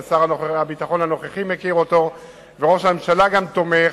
שר הביטחון הנוכחי מכיר אותו וראש הממשלה גם תומך,